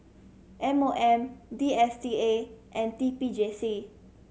M O M D S T A and T P J C